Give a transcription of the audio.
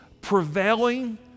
prevailing